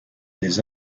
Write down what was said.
des